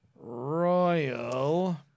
Royal